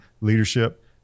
leadership